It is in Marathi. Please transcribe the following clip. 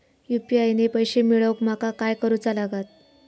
यू.पी.आय ने पैशे मिळवूक माका काय करूचा लागात?